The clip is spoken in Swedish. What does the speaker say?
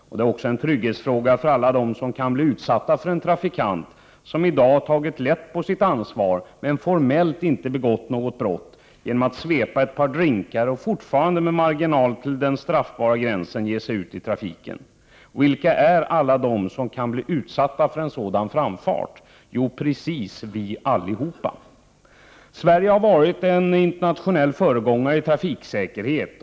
Dels är det en trygghetsfråga för alla dem som kan bli utsatta för en trafikant som i dag tagit lätt på sitt ansvar, men formellt inte begått något brott genom att svepa ett par drinkar och fortfarande med marginal till den straffbara gränsen ge sig ut i trafiken. Vilka är alla de som kan bli utsatta för en sådan framfart? Jo, precis vi, allihop. Sverige har varit en internationell föregångare i trafiksäkerhet.